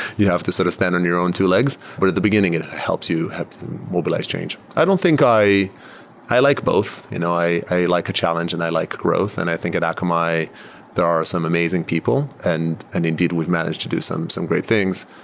you have to sort of stand on your own two legs. but at the beginning, it helps you mobilize change i don't think i i like both. you know i i like challenge and i like growth, and i think at akamai there are some amazing people, and and indeed we've managed to do some some great things.